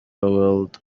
wilde